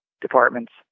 departments